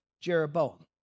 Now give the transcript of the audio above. Jeroboam